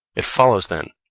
it follows, then,